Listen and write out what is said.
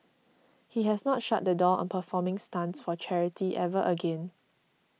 he has not shut the door on performing stunts for charity ever again